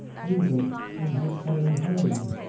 even in his own home.